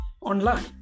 online